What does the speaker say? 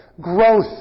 growth